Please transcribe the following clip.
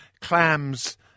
clams